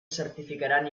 certificaran